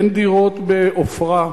אין דירות בעופרה.